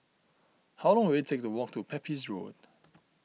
how long will it take to walk to Pepys Road